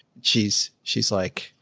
she's she's like,